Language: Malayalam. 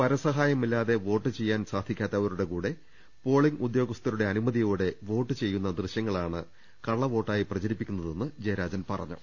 പരസഹായമില്ലാതെ വോട്ട് ചെയ്യാൻ സാധിക്കാത്തവരുടെ കൂടെ പോളിങ് ഉദ്യോഗസ്ഥരുടെ അനുമതി യോടെ വോട്ട് ചെയ്യുന്ന ദൃശ്യങ്ങലാണ് കള്ളവോട്ടായി പ്രചരിപ്പി ക്കുന്നതെന്ന് ജയരാജൻ പറഞ്ഞു